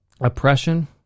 oppression